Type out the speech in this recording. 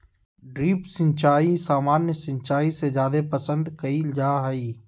drip सिंचाई सामान्य सिंचाई से जादे पसंद कईल जा हई